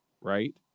right